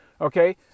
Okay